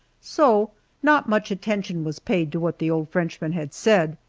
so not much attention was paid to what the old frenchman had said.